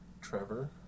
Trevor